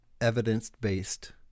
evidence-based